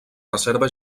reserva